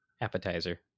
appetizer